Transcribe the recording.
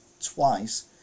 twice